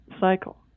cycle